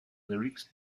lyrics